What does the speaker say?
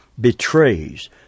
betrays